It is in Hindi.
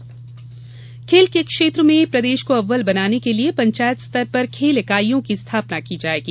खेल इकाई खेल के क्षेत्र में प्रदेश को अव्वल बनाने के लिए पंचायत स्तर पर खेल इकाइयों की स्थापना की जायेगी